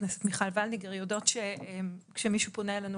הכנסת מיכל וולדיגר יודעות שכשמישהו פונה אלינו